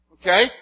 Okay